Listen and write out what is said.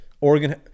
Oregon